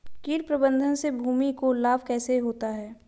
कीट प्रबंधन से भूमि को लाभ कैसे होता है?